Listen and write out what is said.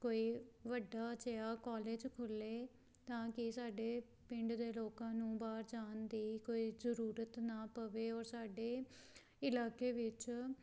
ਕੋਈ ਵੱਡਾ ਜਿਹਾ ਕਾਲਜ ਖੁਲ੍ਹੇ ਤਾਂ ਕਿ ਸਾਡੇ ਪਿੰਡ ਦੇ ਲੋਕਾਂ ਨੂੰ ਬਾਹਰ ਜਾਣ ਦੀ ਕੋਈ ਜ਼ਰੂਰਤ ਨਾ ਪਵੇ ਔਰ ਸਾਡੇ ਇਲਾਕੇ ਵਿੱਚ